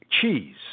cheese